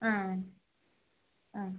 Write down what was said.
ಹಾಂ ಹಾಂ